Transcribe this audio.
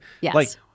Yes